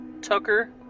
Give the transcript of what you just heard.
Tucker